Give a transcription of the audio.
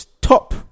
top